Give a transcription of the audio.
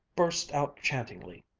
burst out chantingly,